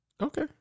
Okay